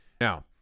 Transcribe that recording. Now